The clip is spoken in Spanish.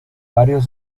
varios